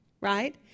right